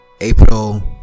April